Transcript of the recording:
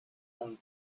him